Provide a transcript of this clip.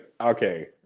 okay